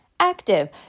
active